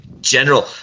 general